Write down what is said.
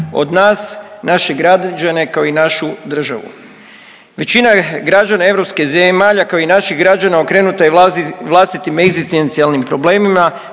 od nas, naše građane kao i našu državu. Većina građana europskih zemalja kao i naših građana okrenuta je vlastitim egzistencijalnim problemima